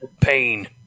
Pain